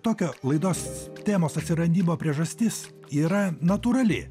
tokio laidos temos atsiradimo priežastis yra natūrali